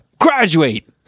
Graduate